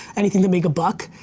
anything to make a buck.